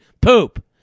poop